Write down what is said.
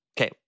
Okay